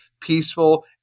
peaceful